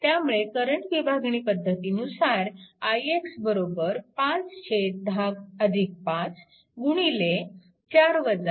त्यामुळे करंट विभागणी पद्धतीनुसार ix 5105 गुणिले 4 0